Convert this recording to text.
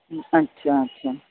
अछा अछा